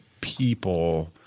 people